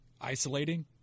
isolating